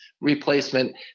replacement